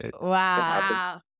wow